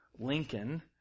Lincoln